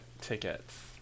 tickets